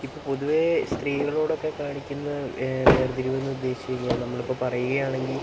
ഇപ്പം പൊതുവേ സ്ത്രീകളോടൊക്കെ കാണിക്കുന്ന വേര്തിരിവ് എന്ന് ഉദ്ദേശിച്ചു കഴിഞ്ഞാൽ നമ്മളിപ്പോൾ പറയുകയാണെങ്കിൽ